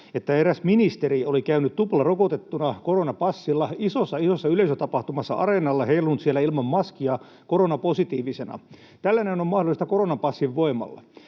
tuttu: Eräs ministeri oli käynyt tuplarokotettuna koronapassilla isossa, isossa yleisötapahtumassa areenalla, heilunut siellä ilman maskia koronapositiivisena. Tällainen on mahdollista koronapassin voimalla.